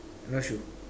no shoe